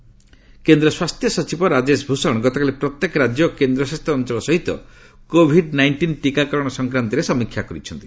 ରାଜେଶ ଭୂଷଣ କେନ୍ଦ୍ର ସ୍ୱାସ୍ଥ୍ୟ ସଚିବ ରାଜେଶ ଭୂଷଣ ଗତକାଲି ପ୍ରତ୍ୟେକ ରାଜ୍ୟ ଓ କେନ୍ଦ୍ରଶାସିତ ଅଞ୍ଚଳ ସହିତ କୋଭିଡ ନାଇଷ୍ଟିନ ଟିକାକରଣ ସଂକ୍ରାନ୍ତରେ ସମୀକ୍ଷା କରିଛନ୍ତି